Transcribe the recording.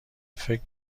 فکر